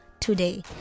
today